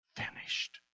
finished